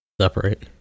separate